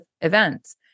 events